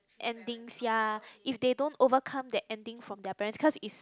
endings ya if they don't overcome that ending from their parents cause is